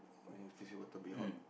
rain fizzy water be hot